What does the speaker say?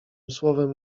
słowem